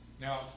Now